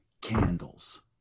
candles